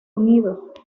unidos